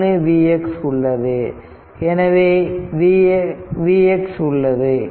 1 Vx உள்ளது எனவே Vx உள்ளது